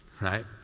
Right